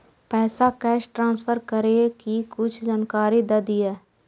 पैसा cash transfer करऐ कि कुछ जानकारी द दिअ